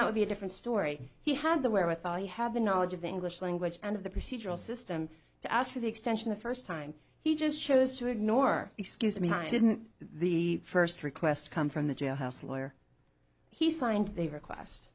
that would be a different story he had the where with all you have a knowledge of english language and of the procedural system to ask for the extension the first time he just chose to ignore excuse me time didn't the first request come from the jailhouse lawyer he signed the request